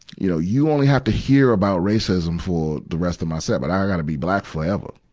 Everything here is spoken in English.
you know, you only have to hear about racism for the rest of my set, but i gotta be black forever.